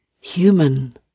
human